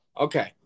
Okay